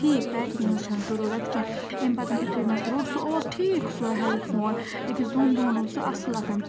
ٹھیٖک پیکِنٛگ ہٕنٛز چھَنہٕ ضٔروٗرت کیٚنٛہہ اَمہِ پَتہٕ یُتھُے مےٚ سُہ روٚٹ سُہ اوس ٹھیٖک سُہ ہٮ۪ڈ فون أکِس دۄن دۄہَن اوس سُہ اَصٕل